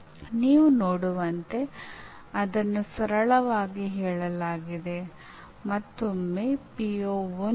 ಚಿಂತನಶೀಲ ಅಭ್ಯಾಸ ಕಲಿಯುವವರಿಗೆ ಸಕ್ರಿಯವಾಗಿ ಮತ್ತು ಪ್ರತಿಫಲಿತವಾಗಿ ತೊಡಗಿಸಿಕೊಳ್ಳಲು ಅವಕಾಶಗಳನ್ನು ಕಲ್ಪಿಸುವುದು ಅಗತ್ಯ